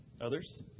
Others